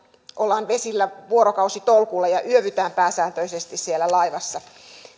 ollaan vesillä vuorokausitolkulla ja yövytään pääsääntöisesti siellä laivassa